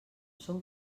són